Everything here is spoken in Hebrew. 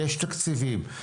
יש תקציבים.